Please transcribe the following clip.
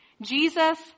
Jesus